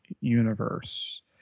Universe